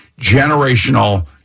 generational